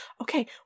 Okay